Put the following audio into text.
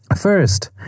First